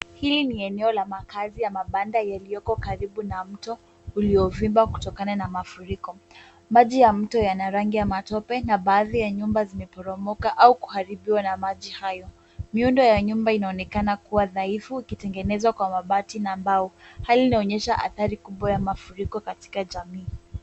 Hili ni eneo la makaazi ya mabanda yaliyoko karibu na mto uliovimba kutokana na mafuriko. Maji ya mto yana rangi ya matope na baadhi ya nyumba zimeporomoka au kuharibiwa na maji hayo. Miundo ya nyumba inaonekana kuwa dhaifu ikitengenezwa kwa mabati na mbao. Hali inaonyesha hatari kubwa ya mafuriko katika jamii.